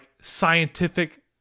scientific